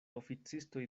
oficistoj